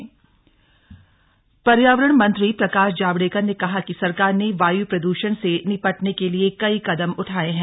पर्यावरण मंत्री पर्यावरण मंत्री प्रकाश जावड़ेकर ने कहा कि सरकार ने वाय् प्रद्रषण से निपटने के लिए कई कदम उठाए हैं